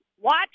Watch